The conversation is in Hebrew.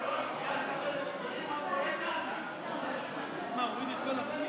כבוד היושב-ראש, אפשר לקבל הסברים מה קורה כאן?